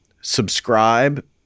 subscribe